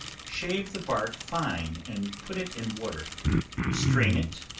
shave the bark fine and put it in water strain it,